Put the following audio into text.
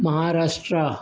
Maharashtra